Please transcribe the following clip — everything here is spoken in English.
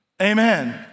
Amen